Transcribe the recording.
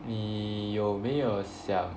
你有没有想